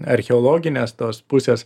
archeologinės tos pusės